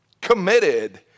committed